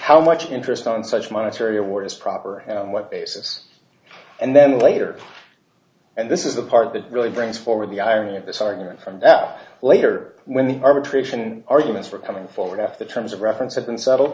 how much interest on such monetary award is proper on what basis and then later and this is the part that really brings forward the irony of this argument from that later when the arbitration arguments for coming forward after the terms of reference have been settle